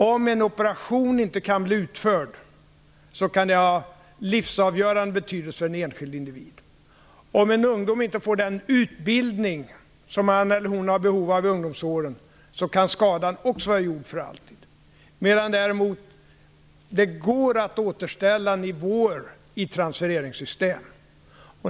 Om en operation inte kan bli utförd kan det ha livsavgörande betydelse för den enskilde individen. Om en ung människa inte får den utbildning som han eller hon har behov av i ungdomsåren kan skadan också vara gjord för alltid. Däremot går det att återställa nivåer i transfereringssystem.